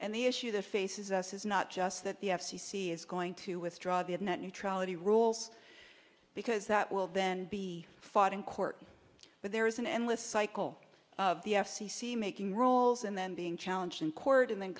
and the issue that faces us is not just that the f c c is going to withdraw the net neutrality rules because that will then be fought in court but there is an endless cycle of the f c c making rolls and then being challenged in court and then